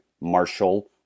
Marshall